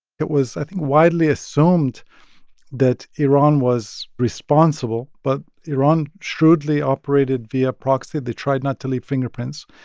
it was, i think, widely assumed that iran was responsible. but iran shrewdly operated via proxy. they tried not to leave fingerprints.